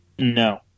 No